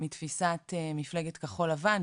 מתפיסת מפלגת כחול לבן,